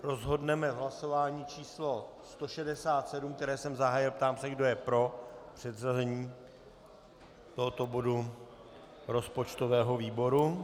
Rozhodneme v hlasování číslo 167, které jsem zahájil, a ptám se, kdo je pro předřazení tohoto bodu rozpočtového výboru.